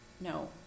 no